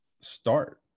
start